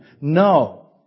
No